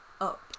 up